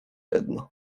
jedno